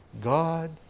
God